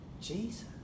Jesus